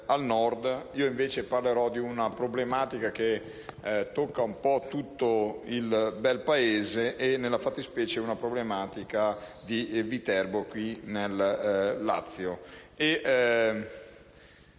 Io invece parlerò di una problematica che tocca un po' tutto il bel Paese e che, nella fattispecie, riguarda Viterbo, qui nel Lazio.